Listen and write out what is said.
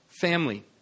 family